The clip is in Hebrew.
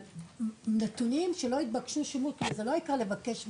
אבל נתונים שלא התבקשו, זה לא העיקר לבקש מידע,